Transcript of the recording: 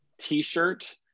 t-shirt